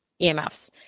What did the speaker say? EMFs